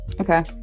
Okay